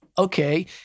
okay